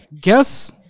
guess